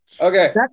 Okay